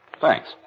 Thanks